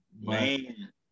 Man